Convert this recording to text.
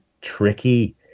tricky